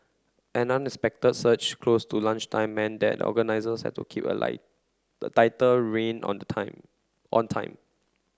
an unexpected surge close to lunchtime meant that organisers had to keep a the tighter rein on the time on time